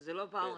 זו לא פעם ראשונה.